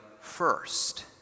first